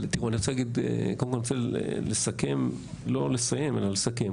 אני רוצה לא לסיים אלא לסכם.